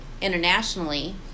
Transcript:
internationally